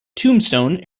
tombstone